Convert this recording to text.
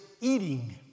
eating